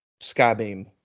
Skybeam